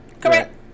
Correct